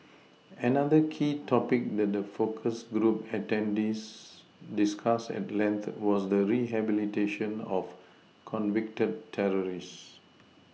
another key topic that the focus group attendees discussed at length was the rehabilitation of convicted terrorists